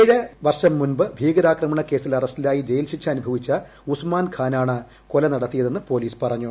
ഏഴ് വർഷംമുൻപ് ഭീകരാക്രമണ കേസിൽ അറസ്റ്റിലായി ജയിൽ ശിക്ഷ അനുഭവിച്ച ഉസ്മാൻ ഖാൻ ആണ് കൊല നടത്തിയതെന്ന് പോലീസ് പറഞ്ഞു